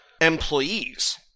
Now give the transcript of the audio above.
employees